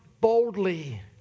boldly